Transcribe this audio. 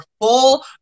full